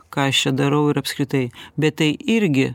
ką aš čia darau ir apskritai bet tai irgi